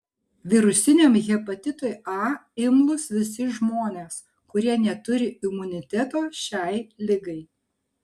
virusiniam hepatitui a imlūs visi žmonės kurie neturi imuniteto šiai ligai